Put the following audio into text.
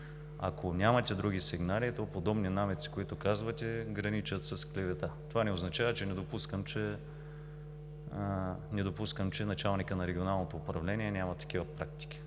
Ако нямате други сигнали, то подобни намеци, които казвате, граничат с клевета. Това не означава, че не допускам, че началникът на регионалното управление няма такива практики.